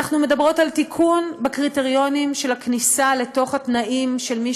אנחנו מדברות על תיקון בקריטריונים וכניסה לתוך התנאים של מי